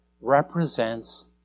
represents